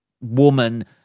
woman